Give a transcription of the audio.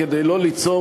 כדי שלא ליצור,